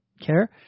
care